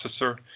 processor